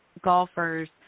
golfers